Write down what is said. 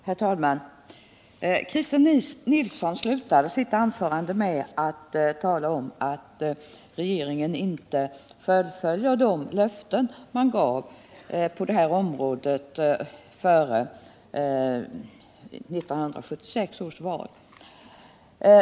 Herr talman! Christer Nilsson slutade sitt anförande med att tala om att regeringen inte fullföljer de löften man gav före 1976 års val.